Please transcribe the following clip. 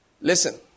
Listen